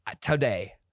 today